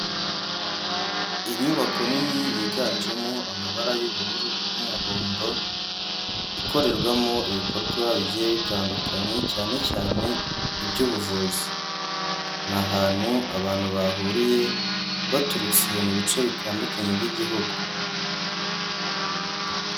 Inyubako nini yiganjemo amabara y'ubururu n'umuhondo ikorerwamo ibikorwa bigiye bitandukanye cyane cyane iby'ubuvuzi. Ni ahantu abantu bahuriye, baturutse mu bice bitandukanye by'igihugu.